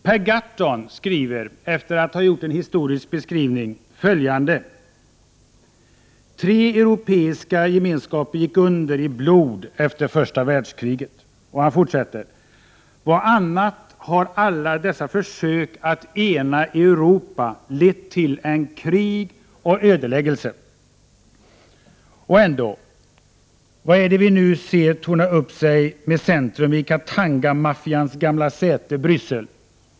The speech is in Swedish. Per Gahrton skriver, efter att ha gjort en historisk beskrivning, följande: ”Tre europeiska gemenskaper gick under i blod efter första världskriget.” Han fortsätter: ”Vad annat har alla dessa försök att ena Europa lett till än krig och ödeläggelse? Och ändå: vad är det vi nu ser torna upp sig med centrum i Katangamaffians gamla säte i Bryssel?